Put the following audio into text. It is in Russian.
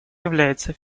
является